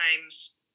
times